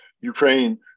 Ukraine